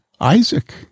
Isaac